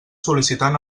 sol·licitant